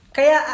Kaya